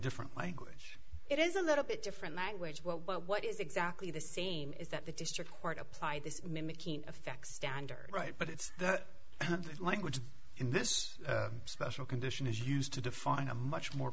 different language it is a little bit different language what is exactly the same is that the district court applied this mimicking effect standard right but it's that language in this special condition is used to define a much more